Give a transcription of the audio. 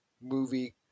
movie